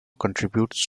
contributes